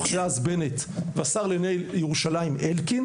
דאז בנט והשר לענייני ירושלים אלקין,